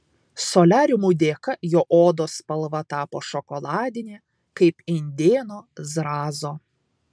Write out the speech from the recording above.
soliariumų dėka jo odos spalva tapo šokoladinė kaip indėno zrazo